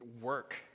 work